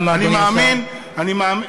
אני מאמין, למה, אדוני?